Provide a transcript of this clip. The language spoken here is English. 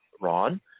Ron